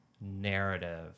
narrative